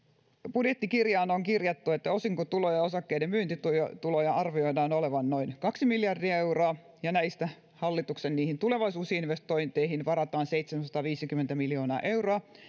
budjettikirjaan on kirjattu että osinkotuloja ja osakkeiden myyntituloja arvioidaan olevan noin kaksi miljardia euroa ja näistä hallituksen tulevaisuusinvestointeihin varataan seitsemänsataaviisikymmentä miljoonaa euroa